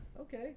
Okay